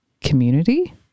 community